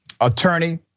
Attorney